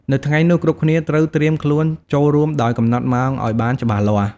នៅថ្ងៃនោះ គ្រប់គ្នាត្រូវត្រៀមខ្លួនចូលរួមដោយកំណត់ម៉ោងអោយបានច្បាស់លាស់ ។